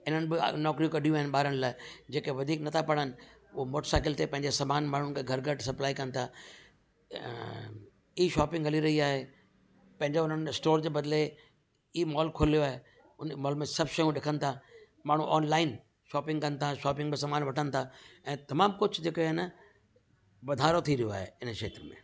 इन्हनि बि नौकरियूं कढियूं आहिनि ॿारनि लाइ जेके वधीक नथा पढ़नि हो मोटर साइकिल ते पंहिंजे सामान माण्हुनि खे घर घर सप्लाई कनि था अ ई शॉपिंग हली रही आहे पंहिंजो उन्हनि स्टोर जे बदिले ई मॉल खोलियो आहे उन मॉल में सभु शयूं रखनि था माण्हू ऑनलाइन शॉपिंग कनि था शॉपिंग में सामान वठनि था ऐं तमामु कुझु जेके आहे न वधारो थी रहियो आहे इन खेत्र में